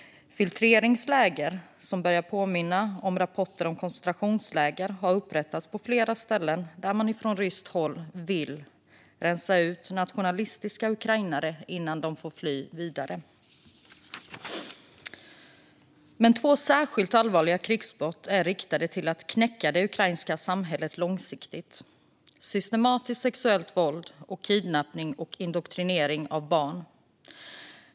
Filtreringsläger som påminner om koncentrationsläger har upprättats på flera ställen där man från ryskt håll vill rensa ut nationalistiska ukrainare innan de får fly vidare. Två särskilt allvarliga krigsbrott är inriktade mot att knäcka det ukrainska samhället långsiktigt: systematiskt sexuellt våld och kidnappning och indoktrinering av barn.